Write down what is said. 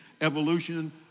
Evolution